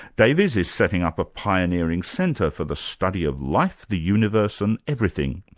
davies is setting up a pioneering centre for the study of life, the universe and everything.